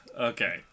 Okay